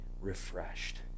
refreshed